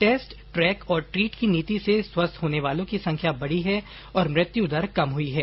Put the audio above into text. test track और treat की नीति से स्वस्थ होने वालों की संख्या बढी है और मृत्यु दर कम हुई है